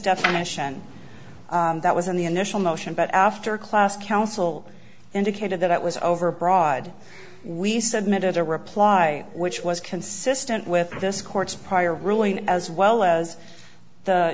definition that was in the initial motion but after class counsel indicated that it was overbroad we submitted a reply which was consistent with this court's prior ruling as well as the